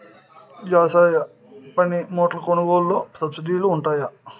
వ్యవసాయ పనిముట్లు కొనుగోలు లొ సబ్సిడీ లు వుంటాయా?